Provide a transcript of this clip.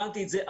הבנתי את זה.